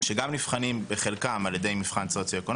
לאוכלוסיות הייחודיות שגם נבחנים בחלקם על ידי מבחן סוציואקונומי,